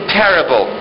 terrible